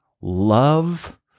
love